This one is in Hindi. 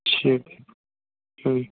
ठीक है